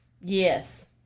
Yes